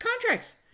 contracts